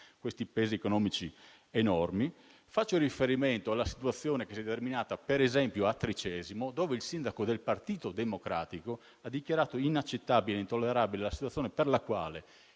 questi pesi economici enormi; l'altro è la situazione che si è determinata per esempio a Tricesimo, dove il sindaco del Partito Democratico ha dichiarato inaccettabile ed intollerabile la situazione per la quale